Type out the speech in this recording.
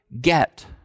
get